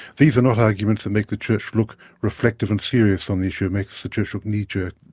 these are not arguments that make the church look reflective and serious on the issue it makes the church look knee-jerk.